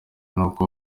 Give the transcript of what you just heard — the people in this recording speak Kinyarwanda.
n’uko